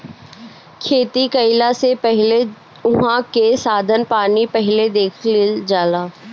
खेती कईला से पहिले उहाँ के साधन पानी पहिले देख लिहअ